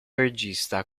regista